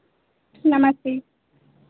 नमस्ते